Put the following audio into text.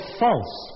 false